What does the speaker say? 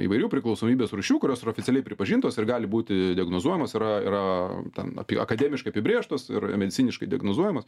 įvairių priklausomybės rūšių kurios yra oficialiai pripažintos ir gali būti diagnozuojamos yra yra ten apie akademiškai apibrėžtos ir mediciniškai diagnozuojamos